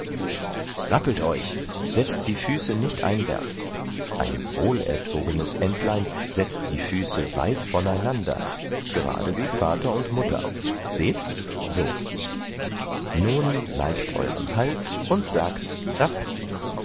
rappelt euch setzt die füße nicht einwärts ein wohlerzogenes entlein setzt die füße weit von einander gerade wie vater und mutter seht so nun neigt euren hals und sagt rapp